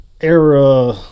era